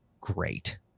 great